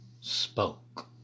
spoke